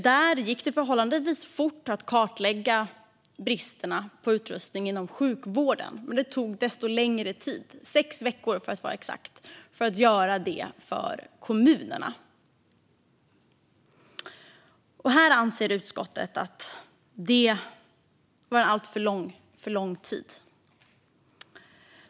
Där gick det förhållandevis fort att kartlägga bristerna på utrustning inom sjukvården. Desto längre tid, sex veckor för att vara exakt, tog det att göra det för kommunerna. Det anser utskottet var alltför lång tid.